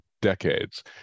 Decades